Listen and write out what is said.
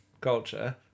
culture